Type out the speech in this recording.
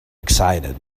excited